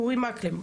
אורי מקלב,